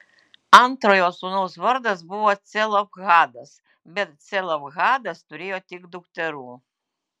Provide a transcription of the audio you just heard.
antrojo sūnaus vardas buvo celofhadas bet celofhadas turėjo tik dukterų